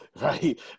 right